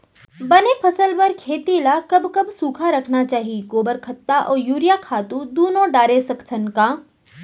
बने फसल बर खेती ल कब कब सूखा रखना चाही, गोबर खत्ता और यूरिया खातू दूनो डारे सकथन का?